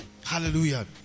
Hallelujah